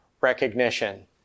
recognition